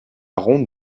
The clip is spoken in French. ronde